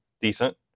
decent